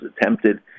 attempted